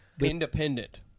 Independent